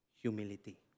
humility